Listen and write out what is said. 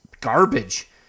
garbage